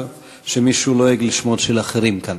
שמישהו לועג לשמות של אחרים כאן.